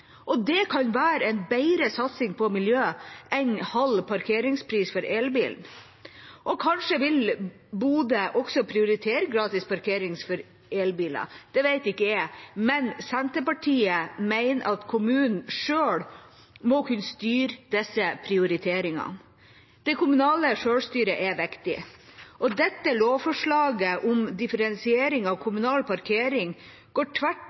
busser. Det kan være en bedre satsing på miljø enn halv parkeringspris for elbil. Og kanskje vil Bodø også prioritere gratis parkering for elbiler? Det vet ikke jeg. Senterpartiet mener at kommunen selv må kunne styre disse prioriteringene. Det kommunale selvstyret er viktig. Dette lovforslaget om differensiering av kommunal parkering går tvert